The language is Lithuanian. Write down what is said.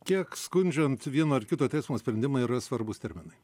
kiek skundžiant vieno ar kito teismo sprendimai yra svarbūs terminai